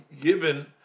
given